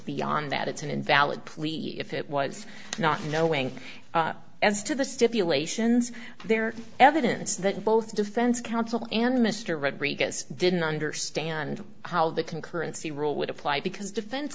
beyond that it's an invalid plea if it was not knowing as to the stipulations there evidence that both defense counsel and mr rodriguez didn't understand how the concurrency rule would apply because defense